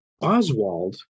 Oswald